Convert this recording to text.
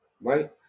right